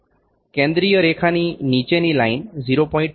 કેન્દ્રીય રેખાની નીચેની લાઇન 0